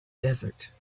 desert